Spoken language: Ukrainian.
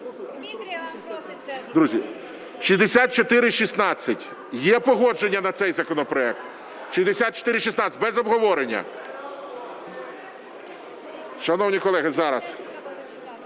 Друзі, 6416, є погодження на цей законопроект? 6416 без обговорення. Шановні колеги, зараз.